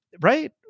Right